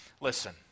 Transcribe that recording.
listen